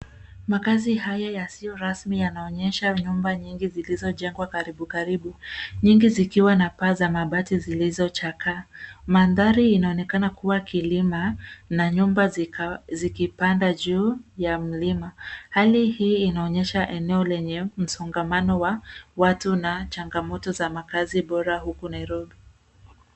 Makaazi haya yasiyo rasmi yanaonyesha nyumba nyingi zilizojengwa karibukaribu, nyingi zikiwa na paa za mabati zilizochakaa. Mandhari inaonekana kuwa kilima na nyumba zikipanda juu ya mlima. Hali hii inaonyesha eneo lenye msongamano wa watu na changamoto za makaazi bora huku Nairobi.